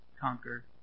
conquer